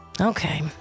Okay